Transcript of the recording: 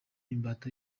imbata